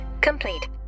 complete